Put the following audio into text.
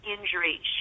injury